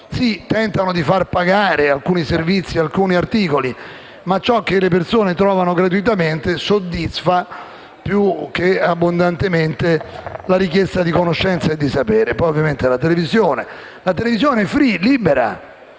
tentano di far pagare alcuni servizi e alcuni articoli, ma ciò che le persone trovano gratuitamente soddisfa più che abbondantemente la richiesta di conoscenza e di sapere. Poi vi è, naturalmente, la televisione*free*, libera,